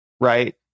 right